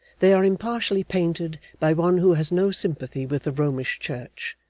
they are impartially painted by one who has no sympathy with the romish church,